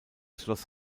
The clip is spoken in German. schloss